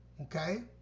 okay